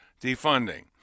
defunding